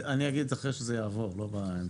אני אגיד אחרי שזה יעבור, לא באמצע.